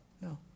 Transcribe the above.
No